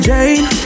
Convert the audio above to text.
Jane